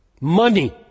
money